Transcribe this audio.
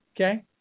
Okay